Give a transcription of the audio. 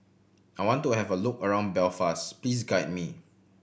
I want to have a look around Belfast please guide me